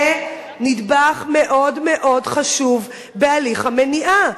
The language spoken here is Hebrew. זה נדבך מאוד מאוד חשוב בהליך המניעה.